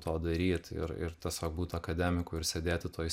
to daryt ir ir tas vat būt akademiku ir sėdėti toj